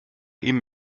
ihm